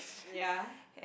ya